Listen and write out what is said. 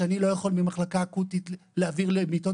שאני לא יכול ממחלקה אקוטית להעביר למיטות